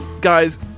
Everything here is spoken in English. Guys